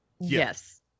Yes